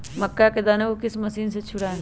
मक्का के दानो को किस मशीन से छुड़ाए?